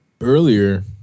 Earlier